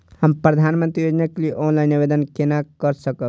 हम प्रधानमंत्री योजना के लिए ऑनलाइन आवेदन केना कर सकब?